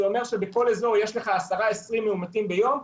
זה אומר שבכל אזור יש לך 20-10 מאומתים ביום,